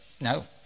No